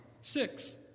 Six